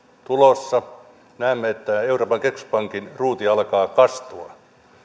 tulossa näemme että euroopan keskuspankin ruuti alkaa kastua